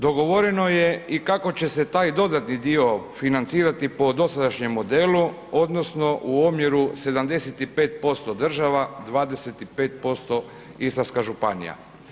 Dogovoreno je i kako će se taj dodatni dio financirati po dosadašnjem modelu odnosno u omjeru 75% država, 25% Istarska županija.